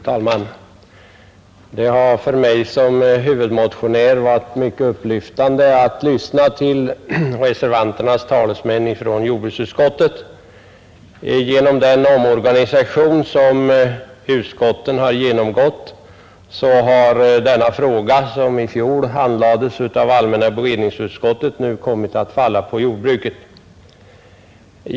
Fru talman! Det har för mig såsom huvudmotionär varit upplyftande att lyssna till reservanternas talesmän från jordbruksutskottet. Genom den omorganisation som utskotten har genomgått har denna fråga, som i fjol handlades av allmänna beredningsutskottet, nu kommit att falla på jordbruksutskottet.